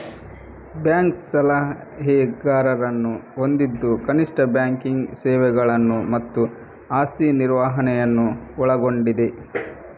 bank ಸಲಹೆಗಾರರನ್ನು ಹೊಂದಿದ್ದು ಕನಿಷ್ಠ ಬ್ಯಾಂಕಿಂಗ್ ಸೇವೆಗಳನ್ನು ಮತ್ತು ಆಸ್ತಿ ನಿರ್ವಹಣೆಯನ್ನು ಒಳಗೊಂಡಿದೆ